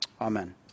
Amen